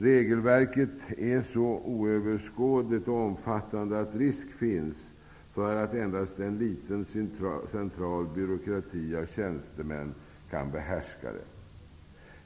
Regelverket är så oöverskådligt och omfattande att risk finns för att endast en liten central byråkrati av tjänstemän kan behärska det.